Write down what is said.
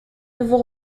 nouveau